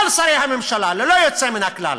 כל שרי הממשלה, ללא יוצא מן הכלל.